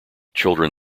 children